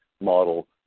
model